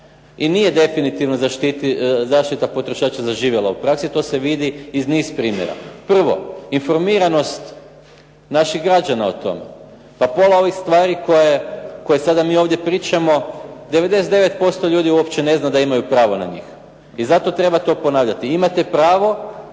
I nije definitivno zaštita potrošača zaživjela u praksi, to se vidi iz niz primjera. Prvo, informiranost naših građana o tome. Pa pola ovih stvari koje sada mi ovdje pričamo, 99% ljudi uopće ne zna da imaju pravo na njih i zato treba to ponavljati. Imate pravo